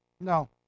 No